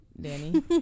Danny